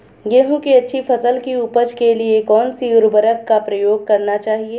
गेहूँ की अच्छी फसल की उपज के लिए कौनसी उर्वरक का प्रयोग करना चाहिए?